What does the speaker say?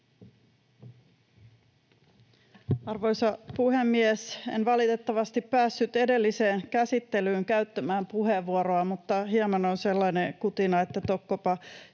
Arvoisa puhemies! En valitettavasti päässyt edelliseen käsittelyyn käyttämään puheenvuoroa, mutta hieman on sellainen kutina, että tokkopa